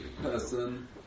person